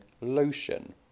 lotion